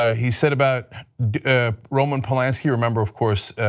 ah he said about roman polanski, remember of course,